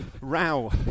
row